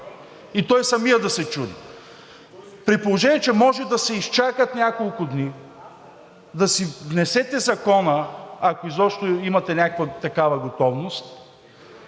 И той самият да се чуди. При положение че може да се изчакат дни, да си внесете Закона, ако изобщо имате някаква такава готовност,